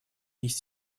есть